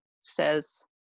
says